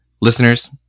listeners